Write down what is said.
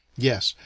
yes,